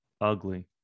ugly